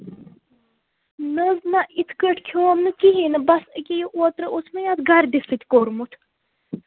نہ حظ نہ اِتھ کٲٹھۍ کھیوم نہٕ کِہیٖنۍ نہٕ بس ییٚکیاہ یہِ اوترٕ اوس مےٚ یتھ گردٕ سۭتۍ کوٚرمُت